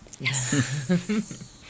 Yes